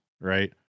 right